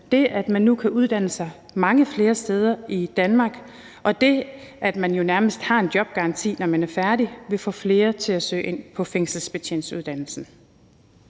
det, at man nu kan uddanne sig mange flere steder i Danmark, og det, at man jo nærmest har en jobgaranti, når man er færdig, vil få flere til at søge ind på fængselsbetjentuddannelsen.